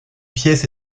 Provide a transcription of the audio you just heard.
pièces